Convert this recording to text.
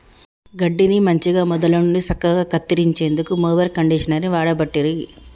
గడ్డిని మంచిగ మొదళ్ళ నుండి సక్కగా కత్తిరించేందుకు మొవెర్ కండీషనర్ని వాడబట్టిరి